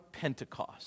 Pentecost